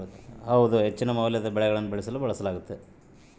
ವಾಣಿಜ್ಯ ಏರೋಪೋನಿಕ್ ವ್ಯವಸ್ಥೆಗಳನ್ನು ಹೆಚ್ಚಿನ ಮೌಲ್ಯದ ಬೆಳೆಗಳನ್ನು ಬೆಳೆಸಲು ಬಳಸಲಾಗ್ತತೆ